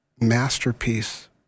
masterpiece